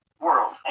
world